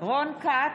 רון כץ,